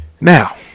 Now